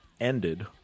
ended